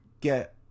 get